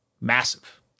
Massive